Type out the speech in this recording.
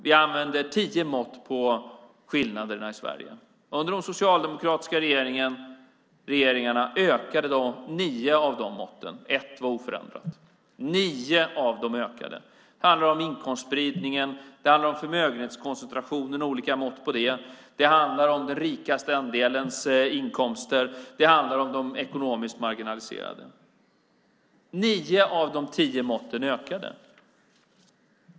Vi använder tio mått på skillnaderna i Sverige. Under de socialdemokratiska regeringarna ökade nio av de måtten, och ett var oförändrat. Nio av dem ökade! Det handlar om inkomstspridningen. Det handlar om förmögenhetskoncentrationen och olika mått på den. Det handlar om den rikaste andelens inkomster. Det handlar om de ekonomiskt marginaliserade. Nio av de tio måtten ökade.